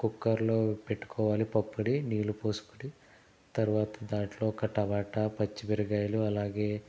కుక్కర్లో పెట్టుకోవాలి పప్పుని నీళ్ళు పోసుకుని తర్వాత దాంట్లో ఒక టమాట పచ్చిమిరపకాయలు అలాగే